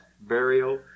burial